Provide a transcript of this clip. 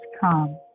come